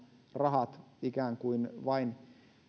rahat ikään kuin vain